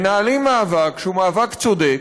מנהלים מאבק שהוא מאבק צודק,